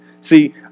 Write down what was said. See